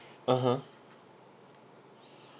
(uh huh)